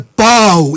bow